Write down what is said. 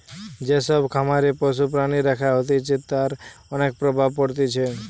যে সব খামারে পশু প্রাণী রাখা হতিছে তার অনেক প্রভাব পড়তিছে